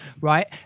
right